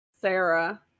sarah